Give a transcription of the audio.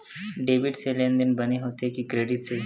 Debit से लेनदेन बने होथे कि क्रेडिट से?